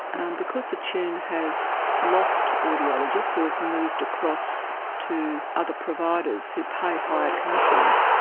and because attune has lost audiologists who have moved across to other providers who pay higher commissions,